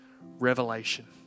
revelation